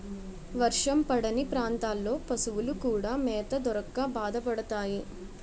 వర్షం పడని ప్రాంతాల్లో పశువులు కూడా మేత దొరక్క బాధపడతాయి